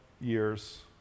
years